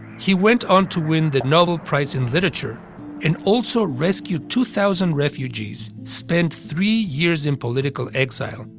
he went on to win the nobel prize in literature and also rescue two thousand refugees, spend three years in political exile,